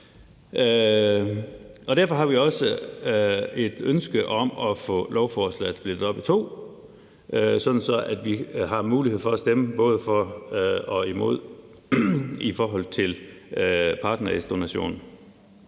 Derfor har vi også et ønske om at få lovforslaget splittet op i to, sådan at vi har mulighed for at stemme både for og imod i forhold til partnerægdonation.